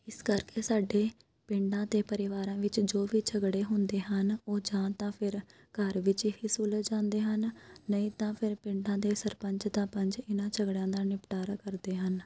ਇਸ ਕਰਕੇ ਸਾਡੇ ਪਿੰਡਾਂ ਅਤੇ ਪਰਿਵਾਰਾਂ ਵਿੱਚ ਜੋ ਵੀ ਝਗੜੇ ਹੁੰਦੇ ਹਨ ਉਹ ਜਾਂ ਤਾਂ ਫਿਰ ਘਰ ਵਿੱਚ ਹੀ ਸੁਲਝ ਜਾਂਦੇ ਹਨ ਨਹੀਂ ਤਾਂ ਫਿਰ ਪਿੰਡਾਂ ਦੇ ਸਰਪੰਚ ਜਾਂ ਪੰਚ ਇਹਨਾਂ ਝਗੜਿਆਂ ਦਾ ਨਿਪਟਾਰਾ ਕਰਦੇ ਹਨ